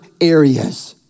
areas